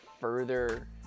further